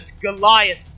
Goliath